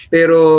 Pero